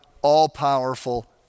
all-powerful